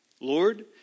Lord